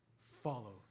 follow